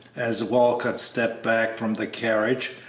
as walcott stepped back from the carriage,